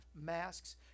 masks